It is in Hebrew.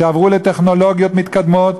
שעברו לטכנולוגיות מתקדמות,